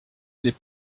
les